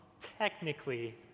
technically